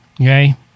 Okay